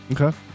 Okay